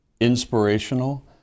inspirational